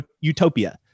utopia